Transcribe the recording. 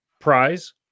prize